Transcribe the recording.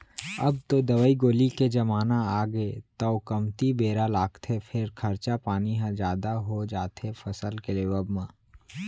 अब तो दवई गोली के जमाना आगे तौ कमती बेरा लागथे फेर खरचा पानी ह जादा हो जाथे फसल के लेवब म